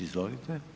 Izvolite.